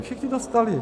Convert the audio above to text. Všichni dostali.